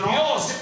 Dios